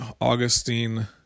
Augustine